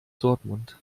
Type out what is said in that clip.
dortmund